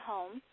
Home